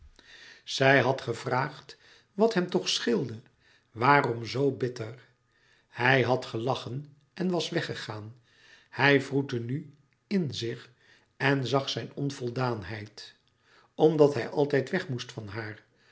zij had gevraagd wat hem toch scheelde waarom zoo bitter hij had gelachen en was weggegaan hij wroette nu in zich en zag zijn onvoldaanheid omdat hij altijd weg moest van haar